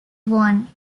one